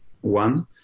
one